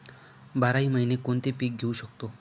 बाराही महिने कोणते पीक घेवू शकतो?